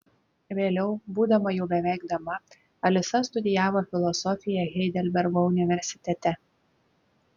vėliau būdama jau beveik dama alisa studijavo filosofiją heidelbergo universitete